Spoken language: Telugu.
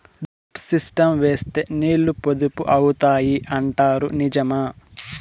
డ్రిప్ సిస్టం వేస్తే నీళ్లు పొదుపు అవుతాయి అంటారు నిజమా?